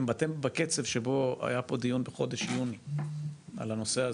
אם אתם בקצב שבו היה פה דיון בחודש יוני על הנושא הזה,